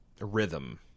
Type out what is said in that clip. rhythm